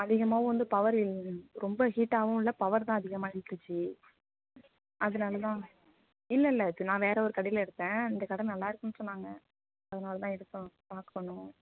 அதிகமாகவும் வந்து பவர் ரொம்ப ஹீட்டாகவும் இல்லை பவர் தான் அதிகமாக இழுத்துச்சு அதனால தான் இல்லைல்ல இது நான் வேறு ஒரு கடையில் எடுத்தேன் இந்த கடை நல்லாருக்குன்னு சொன்னாங்க அதனால தான் எடுத்தோம் பார்க்கணும்